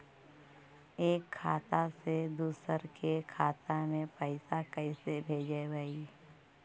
एक खाता से दुसर के खाता में पैसा कैसे भेजबइ?